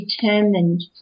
determined